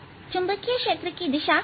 चुंबकीय क्षेत्र की दिशा लंबवत है